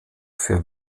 für